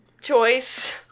choice